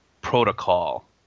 protocol